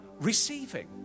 receiving